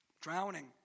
Drowning